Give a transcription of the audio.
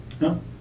No